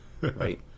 right